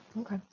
okay